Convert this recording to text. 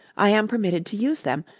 i am permitted to use them,